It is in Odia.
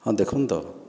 ହଁ ଦେଖନ୍ତୁ ତ